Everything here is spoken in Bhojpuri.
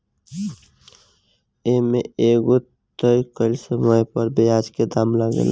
ए में एगो तय कइल समय पर ब्याज के दाम लागेला